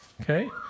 Okay